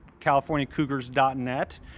californiacougars.net